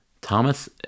Thomas